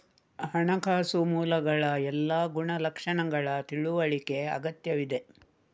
ಹಣಕಾಸು ಮೂಲಗಳ ಎಲ್ಲಾ ಗುಣಲಕ್ಷಣಗಳ ತಿಳುವಳಿಕೆ ಅಗತ್ಯವಿದೆ